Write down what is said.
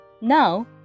Now